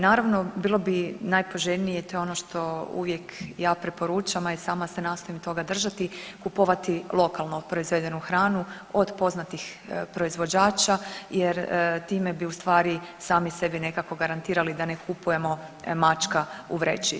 Naravno, bilo bi najpoželjnije i to je ono što uvijek ja preporučam, a i sama se nastojim toga držati, kupovati lokalno proizvedenu hranu od poznatih proizvođača jer time bi ustvari sami sebi nekako garantirali da ne kupujemo mačka u vreći.